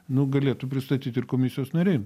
nu galėtų pristatyt ir komisijos nariai